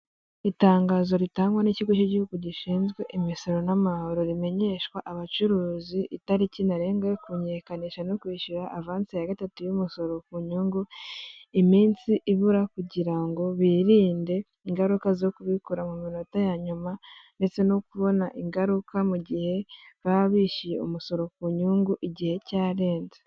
Itangazo ritangwa n'ikigo cy'igihugu gishinzwe imisoro n'amahoro rimenyeshwa abacuruzi, itariki ntarengwa yo kumenyekanisha no kwishyura avansi ya gatatu y'umusoro ku nyungu, iminsi ibura kugira ngo birinde ingaruka zo kubikora mu minota ya nyuma, ndetse no kubona ingaruka mu gihe baba bishyuye umusoro ku nyungu igihe cyarenze.